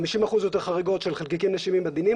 50% יותר חריגות של חלקיקים נשימים עדינים